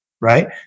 Right